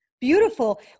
Beautiful